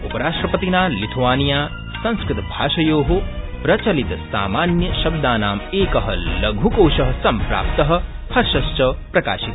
उपराष्ट्रपतिना लिथ्आनिया संस्कृतभाषायो प्रचलितसामान्य शब्दानाम् एक लघकोष सम्प्राप्त हर्षश्च प्रकाशित